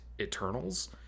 Eternals